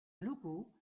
logo